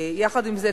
יחד עם זה,